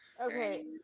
okay